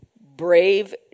brave